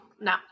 No